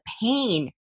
pain